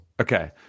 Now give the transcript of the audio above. Okay